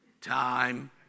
time